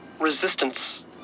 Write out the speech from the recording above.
resistance